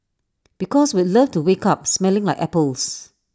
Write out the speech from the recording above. because we'd love to wake up smelling like apples